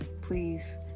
Please